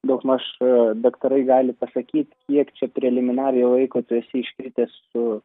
daugmaž daktarai gali pasakyti kiek čia preliminariai laiko tu esi iškritęs su